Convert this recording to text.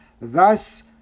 Thus